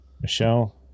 Michelle